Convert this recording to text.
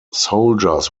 soldiers